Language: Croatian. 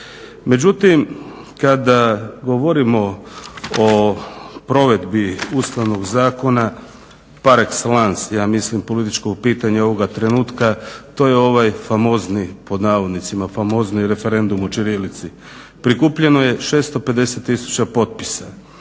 Međutim, kada govorimo o provedbi Ustavnog zakona par exellance ja mislim političko pitanje ovoga trenutka to je ovaj famozni pod navodnicima "famozni" referendum o ćirilici. Prikupljeno je 650 tisuća potpisa.